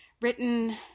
written